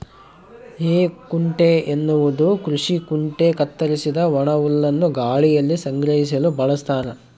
ಹೇಕುಂಟೆ ಎನ್ನುವುದು ಕೃಷಿ ಕುಂಟೆ ಕತ್ತರಿಸಿದ ಒಣಹುಲ್ಲನ್ನು ಗಾಳಿಯಲ್ಲಿ ಸಂಗ್ರಹಿಸಲು ಬಳಸ್ತಾರ